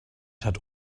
hat